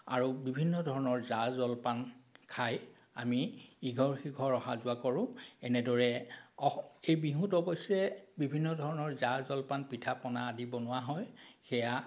আৰু বিভিন্ন ধৰণৰ জা জলপান খাই আমি ইঘৰ সিঘৰ অহা যোৱা কৰোঁ এনেদৰে অস এই বিহুত অৱশ্য়ে বিভিন্ন ধৰণৰ জা জলপান পিঠাপনা আদি বনোৱা হয় সেয়া